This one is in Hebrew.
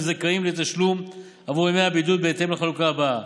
זכאים לתשלום עבור ימי הבידוד בהתאם לחלוקה הבאה: